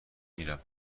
میرم